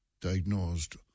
diagnosed